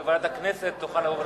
בוועדת הכנסת תוכל לבוא ולהצביע.